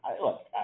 look